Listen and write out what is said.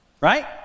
right